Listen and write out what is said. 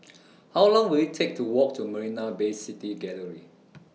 How Long Will IT Take to Walk to Marina Bay City Gallery